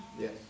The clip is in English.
Yes